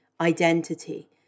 identity